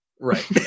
Right